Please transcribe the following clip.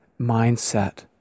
mindset